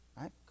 right